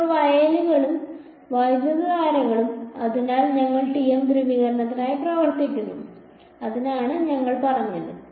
ഇപ്പോൾ വയലുകളും വൈദ്യുതധാരകളും അതിനാൽ ഞങ്ങൾ TM ധ്രുവീകരണവുമായി പ്രവർത്തിക്കുന്നു അതിനാണ് ഞങ്ങൾ പറഞ്ഞത്